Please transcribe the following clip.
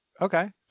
Okay